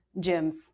gyms